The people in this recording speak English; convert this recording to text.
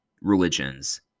religions